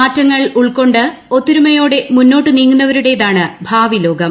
മാറ്റങ്ങൾ ഉൾക്കൊണ്ട് ഒത്തൊരുമയോടെ ് മുന്നോട്ട് നീങ്ങുന്നവരുടേതാണ് ഭാവി ലോകം